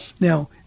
Now